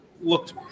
looked